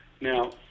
Now